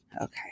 Okay